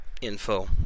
info